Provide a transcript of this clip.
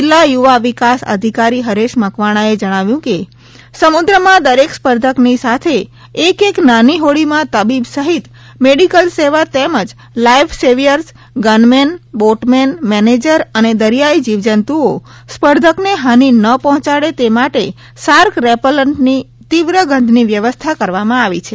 જીલ્લા યુવા વિકાસ અધિકારી હરેશ મકવાણાએ જણાવ્યુ છે કે સમુદ્ર માં દરેક સ્પર્ધકની સાથે એક એક નાની હોડીમાં તબીબ સહિત મેડીકલ સેવા તેમજ life saviours gunman boatman manager અને દરિયાઈ જીવજંતુઓ સ્પર્ધકને હાની ન પહોંચાડે તે માટે શાર્ક રેપલન્ટની તિવ્ર ગંધની વ્યવસ્થા કરવામાં આવી છે